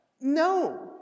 No